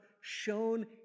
shown